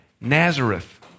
Nazareth